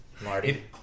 Marty